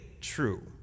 true